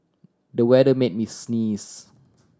the weather made me sneeze